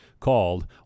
called